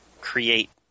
create